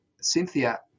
Cynthia